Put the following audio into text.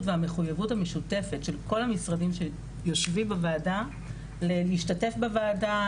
והמחויבות המשותפת של כל המשרדים שיושבים בוועדה להשתתף בוועדה,